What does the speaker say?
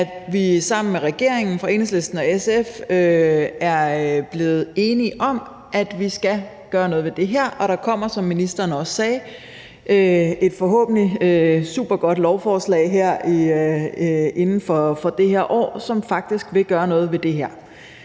og SF sammen med regeringen er blevet enige om, at vi skal gøre noget ved det her. Og der kommer, som ministeren også sagde, et forhåbentlig supergodt lovforslag inden for dette år, som faktisk vil gøre noget ved det her.